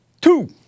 Two